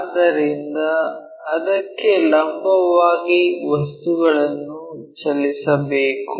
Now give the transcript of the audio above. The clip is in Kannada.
ಆದ್ದರಿಂದ ಅದಕ್ಕೆ ಲಂಬವಾಗಿ ವಸ್ತುಗಳನ್ನು ಚಲಿಸಬೇಕು